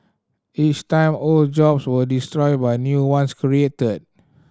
each time old jobs were destroyed but new ones created